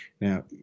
Now